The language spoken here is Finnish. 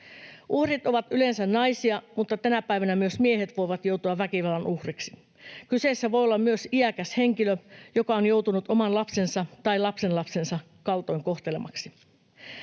Uhrit ovat yleensä naisia, mutta tänä päivänä myös miehet voivat joutua väkivallan uhriksi. Kyseessä voi olla myös iäkäs henkilö, joka on joutunut oman lapsensa tai lapsenlapsensa kaltoinkohtelemaksi.